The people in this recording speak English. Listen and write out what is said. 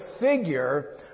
figure